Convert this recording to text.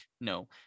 no